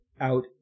out